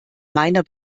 meiner